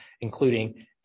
including